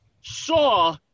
saw